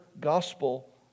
gospel